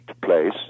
place